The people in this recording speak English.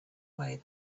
way